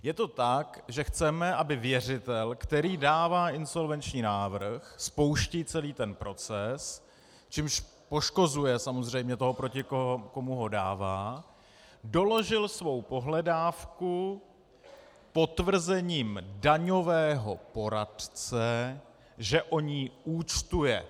Je to tak, že chceme, aby věřitel, který dává insolvenční návrh, spouští celý ten proces, čímž poškozuje samozřejmě toho, proti komu ho dává, doložil svou pohledávku potvrzením daňového poradce, že on ji účtuje.